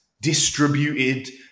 distributed